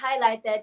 highlighted